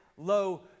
low